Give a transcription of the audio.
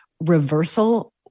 reversal